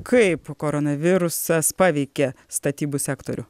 kaip koronavirusas paveikia statybų sektorių